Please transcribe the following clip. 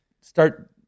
start